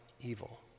evil